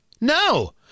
No